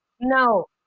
No